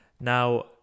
now